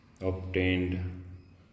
obtained